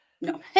No